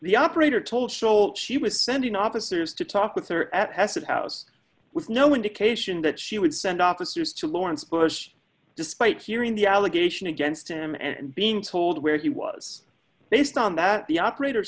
the operator told sol she was sending officers to talk with her at pesach house with no indication that she would send officers to lawrence bush despite hearing the allegation against him and being told where he was based on that the operator